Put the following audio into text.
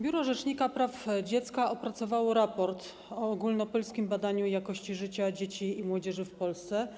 Biuro Rzecznika Praw Dziecka opracowało raport o ogólnopolskim badaniu jakości życia dzieci i młodzieży w Polsce.